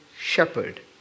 shepherd